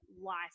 life